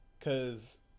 Cause